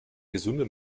gesunde